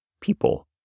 people